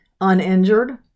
uninjured